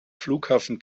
flughafen